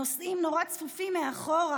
הנוסעים נורא צפופים מאחור,